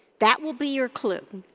that will be your clue.